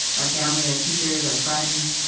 our family, our teachers our friends.